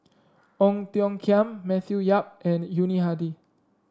Ong Tiong Khiam Matthew Yap and Yuni Hadi